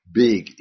big